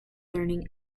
learning